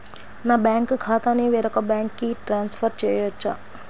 నా బ్యాంక్ ఖాతాని వేరొక బ్యాంక్కి ట్రాన్స్ఫర్ చేయొచ్చా?